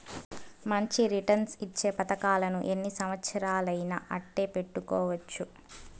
మంచి రిటర్న్స్ ఇచ్చే పతకాలను ఎన్ని సంవచ్చరాలయినా అట్టే పెట్టుకోవచ్చు